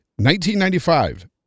1995